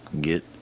get